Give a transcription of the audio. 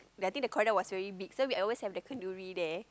the I think the corridor was very big so we always have the kenduri there